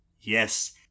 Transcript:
Yes